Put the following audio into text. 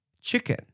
chicken